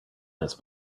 this